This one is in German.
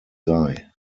sei